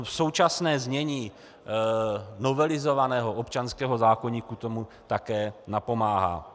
Současné znění novelizovaného občanského zákoníku tomu také napomáhá.